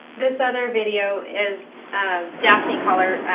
this other video is daphne koller.